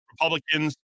Republicans